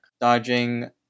dodging